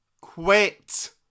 Quit